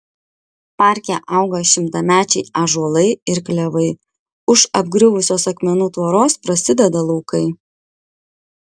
parke auga šimtamečiai ąžuolai ir klevai už apgriuvusios akmenų tvoros prasideda laukai